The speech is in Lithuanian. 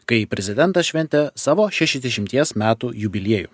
kai prezidentas šventė savo šešiasdešimties metų jubiliejų